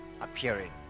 appearing